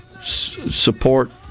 support